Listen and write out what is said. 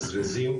זריזים,